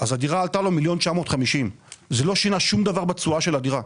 אז הדירה עלתה לו 1,950,000. זה לא שינה שום דבר בתשואה של הדירה.